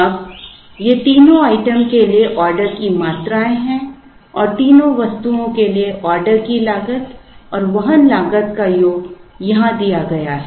अब ये तीनों आइटमों के लिए ऑर्डर की मात्राएं हैं और तीनों वस्तुओं के लिए ऑर्डर की लागत और वहन लागत का योग यहां दिया गया है